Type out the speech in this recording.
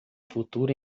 futuro